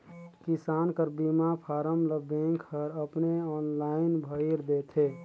किसान कर बीमा फारम ल बेंक हर अपने आनलाईन भइर देथे